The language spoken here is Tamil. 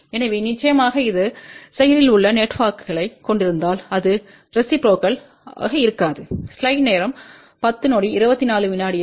எனவே நிச்சயமாக இது செயலில் உள்ள நெட்வொர்க்கைக் கொண்டிருந்தால் அது ரெசிப்ரோக்கல் இருக்காது